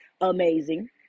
amazing